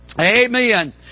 Amen